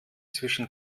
zwischen